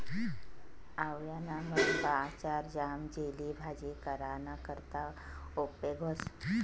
आवयाना मुरब्बा, आचार, ज्याम, जेली, भाजी कराना करता उपेग व्हस